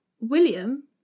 William